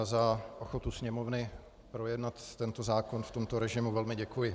Za ochotu Sněmovny projednat tento zákon v tomto režimu velmi děkuji.